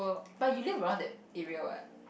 but you live around that area what